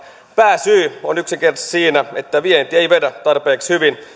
pääsyy on yksinkertaisesti siinä että vienti ei vedä tarpeeksi hyvin